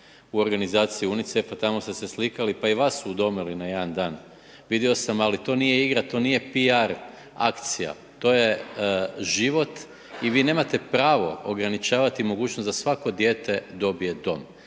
u organizaciji UNICEF-a, tamo ste se slikali, pa i vas su udomili na jedan dan, vidio sam, ali to nije igra, to nije piar, akcija, to je život i vi nemate pravo ograničavati mogućnost da svako dijete dobije dom,